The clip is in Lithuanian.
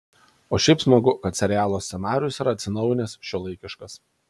o šiaip smagu kad serialo scenarijus yra atsinaujinęs šiuolaikiškas